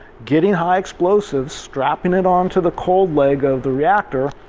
getting high explosive, strapping it onto the cold leg of the reactor,